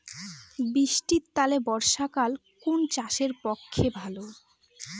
বৃষ্টির তানে বর্ষাকাল কুন চাষের পক্ষে ভালো?